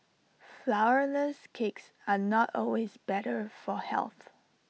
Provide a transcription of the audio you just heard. Flourless Cakes are not always better for health